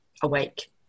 awake